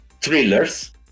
thrillers